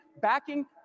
backing